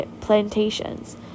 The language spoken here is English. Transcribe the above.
plantations